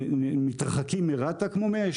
מתרחקים מרת"א כמו מאש